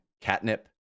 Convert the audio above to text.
catnip